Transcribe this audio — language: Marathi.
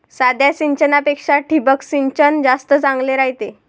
साध्या सिंचनापेक्षा ठिबक सिंचन जास्त चांगले रायते